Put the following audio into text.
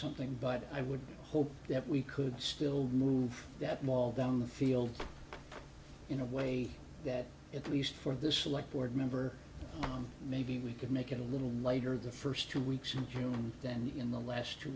something but i would hope that we could still move that mall down the field in a way that at least for this select board member maybe we could make it a little later the first two weeks and then in the last two